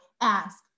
ask